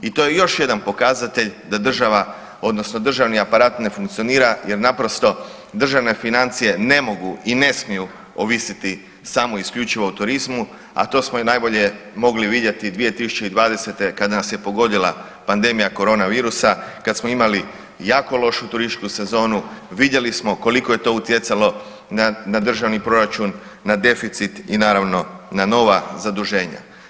I to je još jedan pokazatelj da država odnosno državni aparat ne funkcionira jer naprosto državne financije ne mogu i ne smiju ovisiti samo i isključivo o turizmu, a to smo i najbolje mogli vidjeti i 2020. kad nas je pogodila pandemija koronavirusa, kad smo imali jako lošu turističku sezonu, vidjeli smo koliko je to utjecalo na, na državni proračun, na deficit i naravno na nova zaduženja.